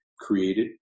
created